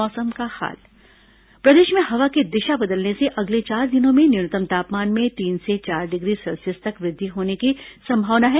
मौसम प्रदेश में हवा की दिशा बदलने से अगले चार दिनों में न्यूनतम तापमान में तीन से चार डिग्री सेल्सियस तक की वृद्धि होने की संभावना है